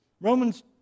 Romans